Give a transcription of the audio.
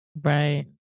Right